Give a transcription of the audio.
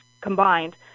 combined